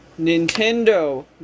Nintendo